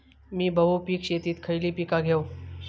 मी बहुपिक शेतीत खयली पीका घेव?